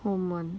home [one]